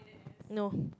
no